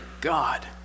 God